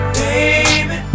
baby